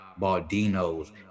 Baldino's